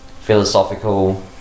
philosophical